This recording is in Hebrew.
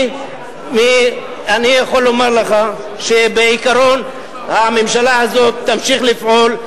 אני יכול לומר לך שבעיקרון הממשלה הזאת תמשיך לפעול,